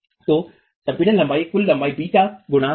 तो संपीड़ित लंबाई कुल लंबाई का β गुना है